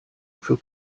für